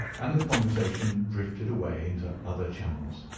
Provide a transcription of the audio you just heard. and the conversation drifted away into other channels.